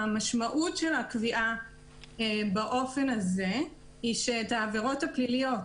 המשמעות של הקביעה באופן הזה היא שאת העבירות הפליליות